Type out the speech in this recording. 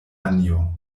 anjo